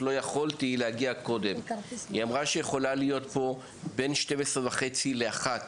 שהיא יכולה להיות פה בין 12:30 ל-13:00,